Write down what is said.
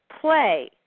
Play